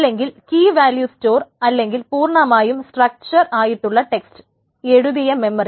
അല്ലെങ്കിൽ key value store അല്ലെങ്കിൽ പൂർണമായും സ്ട്രക്ചർ ആയിട്ടുള്ള ടെക്സ്റ്റ് എഴുതിയ മെമ്മറി